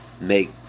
make